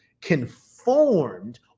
conformed